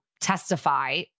testify